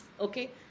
okay